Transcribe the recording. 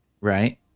right